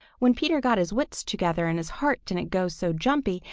when peter got his wits together and his heart didn't go so jumpy,